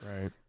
Right